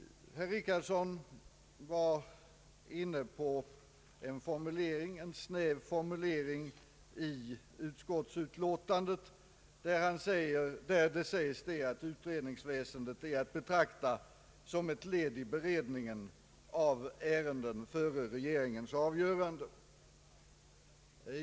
Herr Richardson var inne på den snäva formulering i utskottsutlåtandet, där det sägs att utredningsväsendet är att betrakta såsom ett led i beredningen av ärenden före regeringens avgörande.